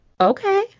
okay